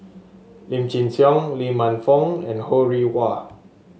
Lim Chin Siong Lee Man Fong and Ho Rih Hwa